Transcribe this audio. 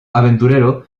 aventurero